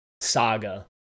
saga